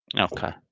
Okay